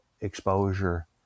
exposure